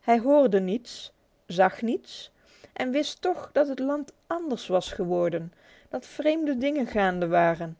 hij hoorde niets zag niets en wist toch dat het land anders was geworden dat vreemde dingen gaande waren